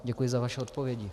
Děkuji za vaše odpovědi.